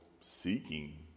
seeking